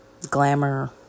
glamour